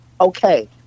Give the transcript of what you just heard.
Okay